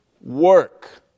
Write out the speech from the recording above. work